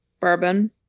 bourbon